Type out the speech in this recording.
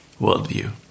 worldview